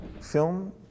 Film